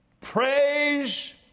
praise